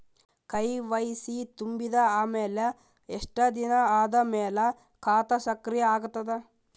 KYC ತುಂಬಿದ ಅಮೆಲ ಎಷ್ಟ ದಿನ ಆದ ಮೇಲ ಖಾತಾ ಸಕ್ರಿಯ ಅಗತದ?